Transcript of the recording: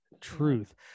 truth